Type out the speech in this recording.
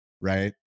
right